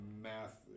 math